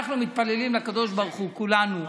אנחנו מתפללים לקדוש ברוך הוא, כולנו,